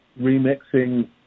remixing